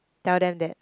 tell them that